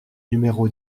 numéro